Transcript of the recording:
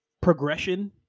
Progression